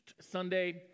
Sunday